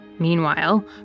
Meanwhile